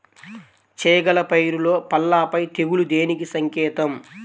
చేగల పైరులో పల్లాపై తెగులు దేనికి సంకేతం?